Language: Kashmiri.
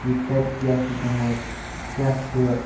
یہِ کَتہِ کیٛاہ چھُ گوٚمُت کیاہ چھُ